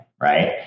Right